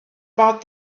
about